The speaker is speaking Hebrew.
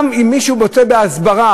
גם אם מישהו רוצה בהסברה,